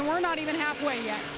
um are not even halfway yet.